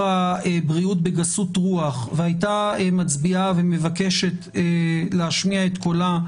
הבריאות בגסות רוח והייתה מצביעה ומבקשת להשמיע את קולה,